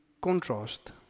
contrast